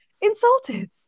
insulted